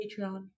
patreon